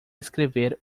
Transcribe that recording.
escrever